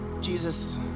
Jesus